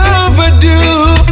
overdue